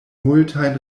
multajn